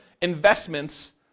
investments